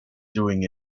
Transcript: doing